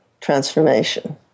transformation